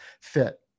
fit